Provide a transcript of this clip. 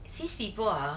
these people !huh!